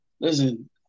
listen